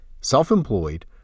self-employed